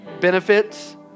benefits